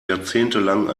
jahrzehntelang